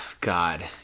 God